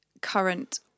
current